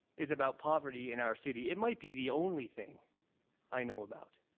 is about poverty in our city. it might be the only thing i know about.